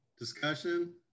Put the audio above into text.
Discussion